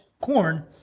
corn